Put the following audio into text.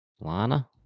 Lana